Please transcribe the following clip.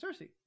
Cersei